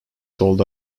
sold